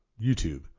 YouTube